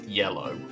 yellow